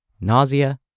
nausea